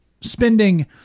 spending